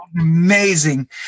Amazing